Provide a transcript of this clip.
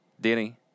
Denny